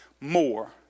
more